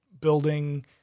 building